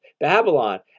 Babylon